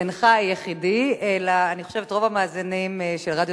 שאינך היחידי בה אלא אני חושבת רוב המאזינים של "רדיו